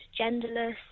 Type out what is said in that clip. genderless